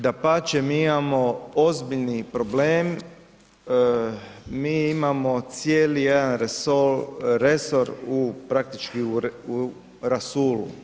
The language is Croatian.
Dapače, mi imamo ozbiljni problem, mi imamo cijeli jedan resor u praktički u rasulu.